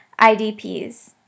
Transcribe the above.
IDPs